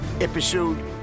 episode